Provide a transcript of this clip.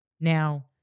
Now